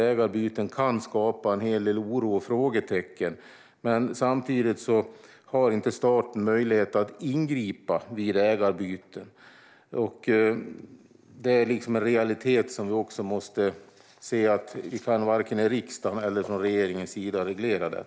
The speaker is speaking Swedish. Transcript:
Ägarbyten kan ju skapa en hel del oro och frågetecken. Men samtidigt har inte staten möjlighet att ingripa vid ägarbyten. Det är en realitet som vi måste se. Vi kan varken i riksdagen eller från regeringens sida reglera detta.